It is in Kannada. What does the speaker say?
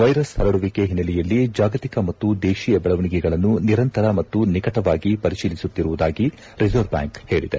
ವೈರಸ್ ಪರಡುವಿಕೆ ಹಿನ್ನೆಲೆಯಲ್ಲಿ ಜಾಗತಿಕ ಮತ್ತು ದೇಶೀಯ ಬೆಳವಣಿಗೆಗಳನ್ನು ನಿರಂತರ ಮತ್ತು ನಿಕಟವಾಗಿ ಪರಿತೀಲಿಸುತ್ತಿರುವುದಾಗಿ ರಿಸರ್ವ್ ಬ್ಯಾಂಕ್ ಹೇಳಿದೆ